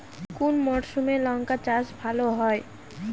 কোন মরশুমে লঙ্কা চাষ ভালো হয়?